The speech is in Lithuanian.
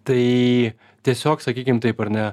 tai tiesiog sakykim taip ar ne